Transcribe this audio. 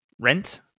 Rent